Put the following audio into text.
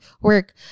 work